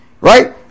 Right